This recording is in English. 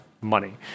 money